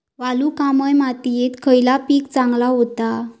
वालुकामय मातयेत खयला पीक चांगला होता?